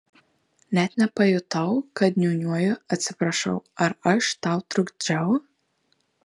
net nepajutau kad niūniuoju atsiprašau ar aš tau trukdžiau